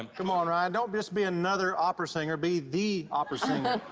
um come on, ryan. don't just be another opera singer. be the opera singer.